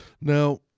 Now